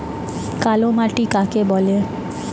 কালো মাটি কাকে বলে?